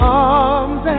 arms